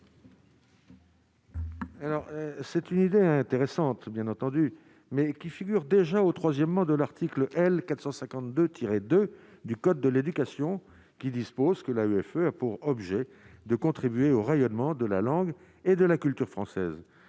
c'est une idée intéressante, bien entendu, mais qui figure déjà au 3ème mois de l'article L 452 tiré 2 du code de l'éducation qui dispose que la greffe a pour objet de contribuer au rayonnement de la langue et de la culture française,